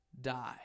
die